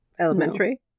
elementary